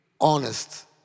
honest